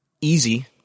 easy